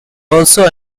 also